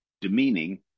demeaning